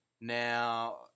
Now